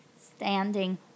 standing